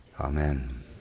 Amen